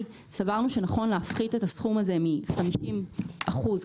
סברנו שנכון להפחית את הסכום הזה מ-50 אחוזים,